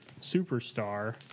superstar